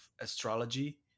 astrology